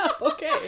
Okay